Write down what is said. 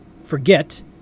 forget